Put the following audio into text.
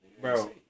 Bro